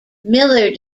miller